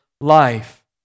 life